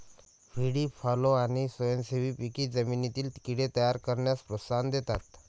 व्हीडी फॉलो आणि स्वयंसेवी पिके जमिनीतील कीड़े तयार करण्यास प्रोत्साहन देतात